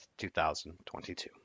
2022